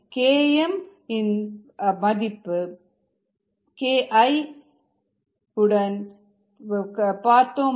012 KI 0